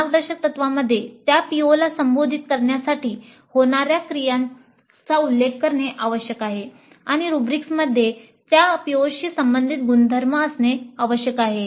मार्गदर्शकतत्त्वांमध्ये त्या POला संबोधित करण्यासाठी होणाऱ्या क्रियांचा उल्लेख करणे आवश्यक आहे आणि रुब्रिकमध्ये त्या POशी संबंधित गुणधर्म असणे आवश्यक आहे